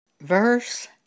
verse